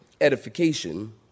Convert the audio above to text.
edification